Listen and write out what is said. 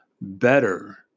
better